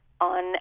on